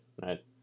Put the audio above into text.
nice